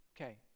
Okay